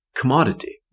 commodity